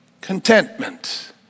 Contentment